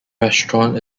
restaurant